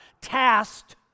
tasked